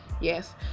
yes